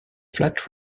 flat